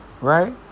right